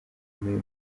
n’uyu